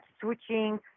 switching